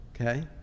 okay